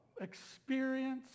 experience